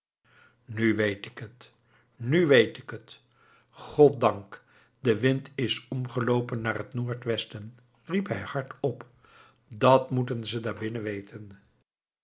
nu weet ik het nu weet ik het goddank de wind is omgeloopen naar het noord westen riep hij hardop dat moeten ze daar binnen weten